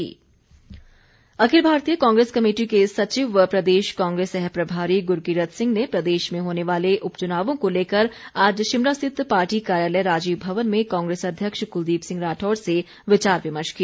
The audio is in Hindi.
गुरकीरत अखिल भारतीय कांग्रेस कमेटी के सचिव व प्रदेश कांग्रेस सहप्रभारी गुरकीरत सिंह ने प्रदेश में होने वाले उपचुनावों को लेकर आज शिमला स्थित पार्टी कार्यालय राजीव भवन में कांग्रेस अध्यक्ष कुलदीप सिंह राठौर से विचार विमर्श किया